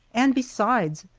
and besides,